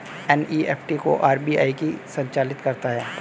NEFT को RBI ही संचालित करता है